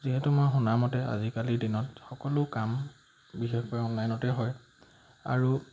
যিহেতু মই শুনামতে আজিকালিৰ দিনত সকলো কাম বিশেষকৈ অনলাইনতে হয় আৰু